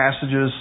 passages